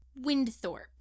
windthorpe